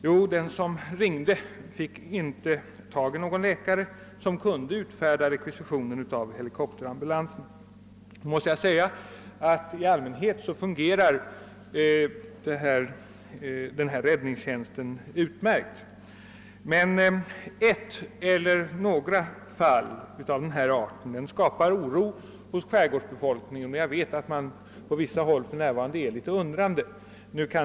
Jo, den som ringde fick inte tag i någon läkare som kunde utfärda rekvisition av helikopterambulansen. I allmänhet fungerar denna räddningstjänst utmärkt, men ett eller några fall av denna art skapar oro hos skärgårdsbefolkningen, och jag vet att man på vissa håll för närvarande står litet undrande.